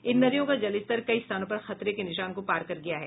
इन नदियों का जलस्तर कई स्थानों पर खतरे के निशान को पार कर गया है